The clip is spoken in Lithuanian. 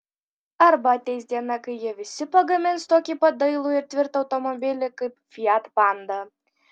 arba ateis diena kai jie visi pagamins tokį pat dailų ir tvirtą automobilį kaip fiat panda